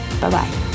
Bye-bye